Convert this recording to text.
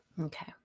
Okay